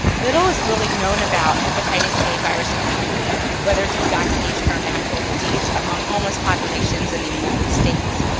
little is really known about hepatitis a virus immunity whether through vaccination or natural disease among homeless populations in the united states.